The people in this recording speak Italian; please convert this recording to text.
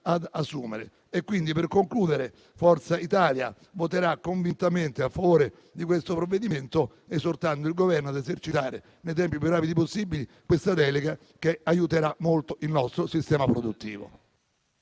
ad assumere. In conclusione, Forza Italia voterà convintamente a favore di questo provvedimento, esortando il Governo a esercitare, nei tempi più rapidi possibili, questa delega che aiuterà molto il nostro sistema produttivo.